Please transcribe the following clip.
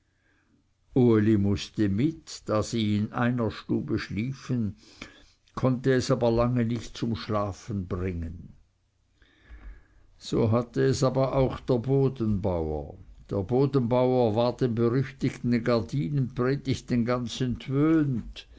uli mußte mit da sie in einer stube schliefen konnte es aber lange nicht zum schlafen bringen so hatte es aber auch der bodenbauer der bodenbauer war den berüchtigten gardinenpredigten ganz